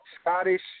Scottish